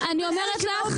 אבל --- אין קשר,